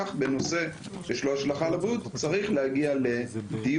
כך נושא שיש לו השלכה על הבריאות צריך להגיע לדיון,